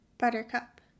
buttercup